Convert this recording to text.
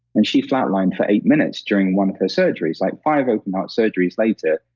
and she flat lined for eight minutes during one of her surgeries. like, five open heart surgeries later,